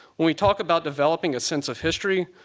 when we talk about developing a sense of history,